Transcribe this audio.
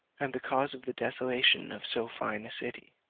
and the cause of the desolation of so fine a city.